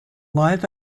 live